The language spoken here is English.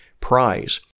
prize